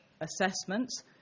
assessments